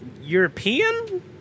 European